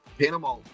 Panama